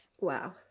Wow